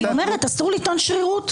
אסור לטעון שרירות?